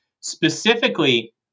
specifically